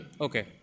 Okay